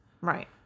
Right